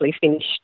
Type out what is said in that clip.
finished